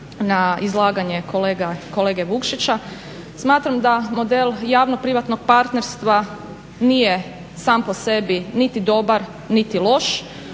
na izlaganje kolege Vukšića, smatram da model javno-privatno partnerstvo nije sam po sebi niti dobar niti loš,